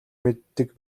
мэддэг